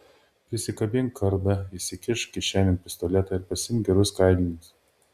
prisikabink kardą įsikišk kišenėn pistoletą ir pasiimk gerus kailinius